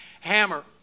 hammer